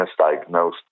misdiagnosed